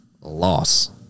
Loss